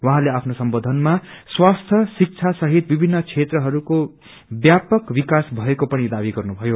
उहाँले आफ्नो सम्बोधनमा स्वास्थ्य शिक्षा सहित विभिन्न क्षेत्रहरूको ब्यापक विकास भएको पनि दावी गर्नु भयो